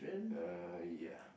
uh ya